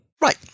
Right